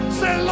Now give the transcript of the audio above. say